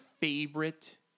favorite